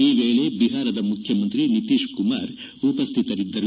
ಈ ವೇಳೆ ಬಿಹಾರ ಮುಖ್ಯಮಂತ್ರಿ ನಿತೀಶ್ ಕುಮಾರ್ ಉಪಸ್ವಿತರಿದ್ದರು